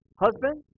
Husband